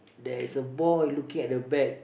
there is a boy looking at the back